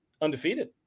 undefeated